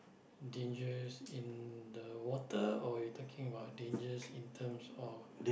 dangers in the water or you're talking about dangers in terms of